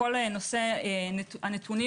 וכל הנושא של הנתונים,